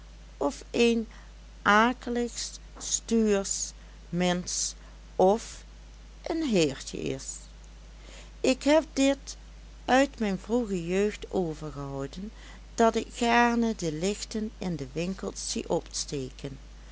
f een akelig stuursch minsch f een heertje is ik heb dit uit mijn vroege jeugd overgehouden dat ik gaarne de lichten in de winkels zie opsteken